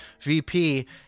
VP